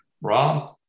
Rob